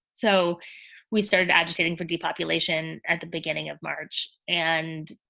so we started agitating for the population at the beginning of march. and,